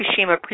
Fukushima